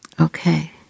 Okay